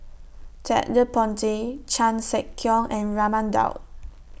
Ted De Ponti Chan Sek Keong and Raman Daud